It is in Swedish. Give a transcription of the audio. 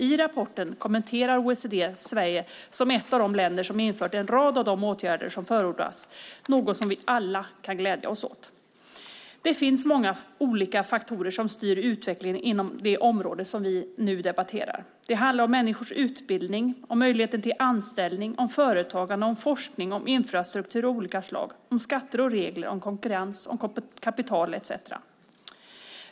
I rapporten kommenteras att Sverige är ett av de länder som infört en rad av de åtgärder som förordas av OECD. Det är något som vi alla kan glädjas åt. Det finns många olika faktorer som styr utvecklingen inom det område som vi debatterar. Det handlar om människors utbildning, möjligheten till anställning, företagande, forskning, infrastruktur av olika slag, skatter, regler, konkurrens, kapital etcetera.